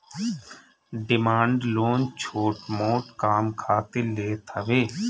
demand loan छोट मोट काम खातिर लेत हवे